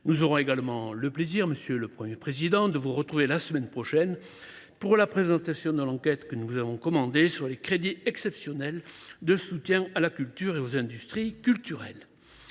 Nous aurons également le plaisir, monsieur le Premier président, de vous retrouver dès la semaine prochaine pour la présentation de l’enquête que nous vous avons commandée sur les crédits exceptionnels de soutien à la culture et aux industries culturelles.